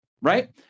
right